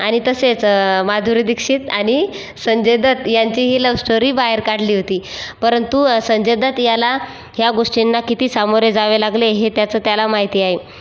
आणि तसेच माधुरी दीक्षित आणि संजय दत्त यांचीही लव स्टोरी बाहेर काढली होती परंतु संजय दत्त याला ह्या गोष्टींना किती सामोरे जावे लागले हे त्याचं त्याला माहिती आहे